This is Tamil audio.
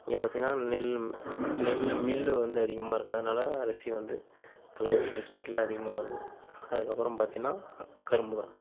இங்கே பார்த்திங்கன்னா நெல் நெல் மில் வந்து அதிகமாக இருக்குது அதனால் அரிசி வந்து கள்ளக்குறிச்சி டிஸ்ட்ரிக்ட்ல அதிகமாக வருது அதுக்கப்புறம் பார்த்திங்கன்னா கரும்பு தான்